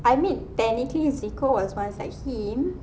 I mean technically zeko was once like him